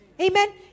Amen